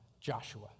Joshua